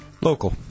Local